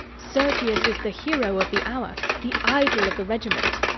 sergius is the hero of the hour, the idol of the regiment.